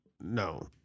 No